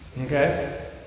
Okay